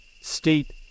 state